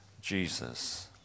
Jesus